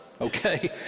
okay